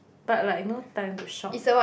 but like no time to shop